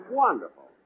wonderful